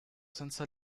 senza